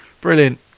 Brilliant